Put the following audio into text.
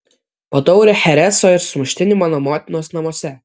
po taurę chereso ir sumuštinį mano motinos namuose